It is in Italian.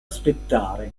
aspettare